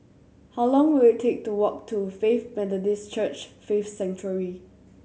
how long will it take to walk to Faith Methodist Church Faith Sanctuary